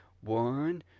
One